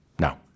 no